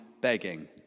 begging